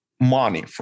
money